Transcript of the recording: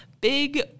big